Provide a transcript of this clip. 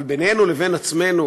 אבל בינינו לבין עצמנו,